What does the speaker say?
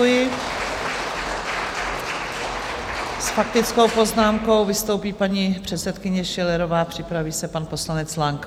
S faktickou poznámkou vystoupí paní předsedkyně Schillerová, připraví se pan poslanec Lang.